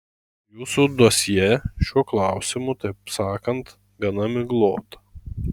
jūsų dosjė šiuo klausimu taip sakant gana miglota